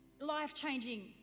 life-changing